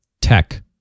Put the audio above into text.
tech